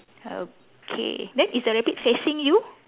okay then is the rabbit facing you